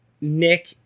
Nick